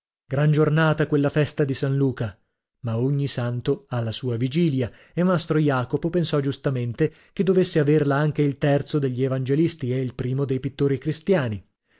gran giornata quella festa di san luca ma ogni santo ha la sua vigilia e mastro jacopo pensò giustamente che dovesse averla anche il terzo degli evangelisti e il primo dei pittori cristiani